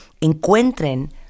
encuentren